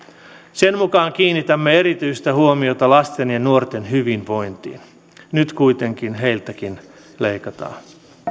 sen mukaan kiinnitämme erityistä huomiota lasten ja nuorten hyvinvointiin nyt kuitenkin heiltäkin leikataan